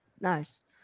Nice